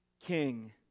king